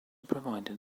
provided